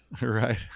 Right